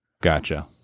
gotcha